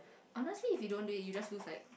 honestly if you don't do it you just lose like